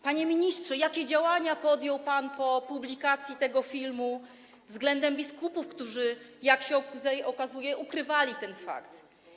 Panie ministrze, jakie działania podjął pan po publikacji tego filmu względem biskupów, którzy, jak się okazuje, ukrywali ten fakt?